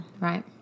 Right